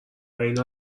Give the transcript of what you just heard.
اینو